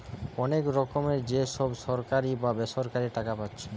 অনেক রকমের যে সব সরকারি বা বেসরকারি টাকা পাচ্ছে